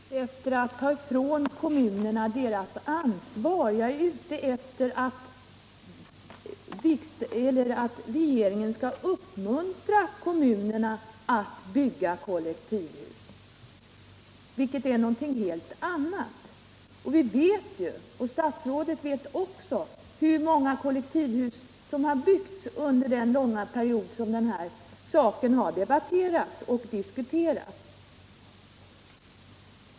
Herr talman! Jag är inte ute efter att ta ifrån kommunerna deras ansvar. Jag är ute efter att regeringen skall uppmuntra kommunerna att bygga kollektivhus. Det är någonting helt annat. Statsrådet vet också hur många kollektivhus som har byggts under den långa period som den här saken har diskuterats.